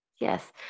yes